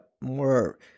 more